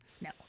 No